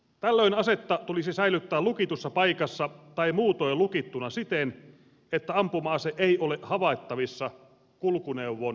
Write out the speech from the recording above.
tällöin asetta tulisi säilyttää lukitussa paikassa tai muutoin lukittuna siten että ampuma ase ei ole havaittavissa kulkuneuvon ulkopuolelta